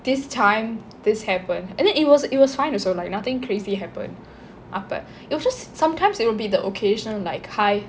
this time this happened and then it was it was fine also like nothing crazy happen அப்ப:appa it'll just sometimes it would be the occasional like hi